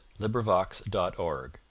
LibriVox.org